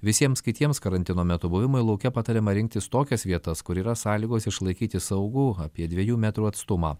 visiems kitiems karantino metu buvimui lauke patariama rinktis tokias vietas kur yra sąlygos išlaikyti saugų apie dvejų metrų atstumą